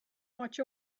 watch